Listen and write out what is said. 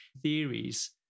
theories